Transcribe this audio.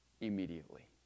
immediately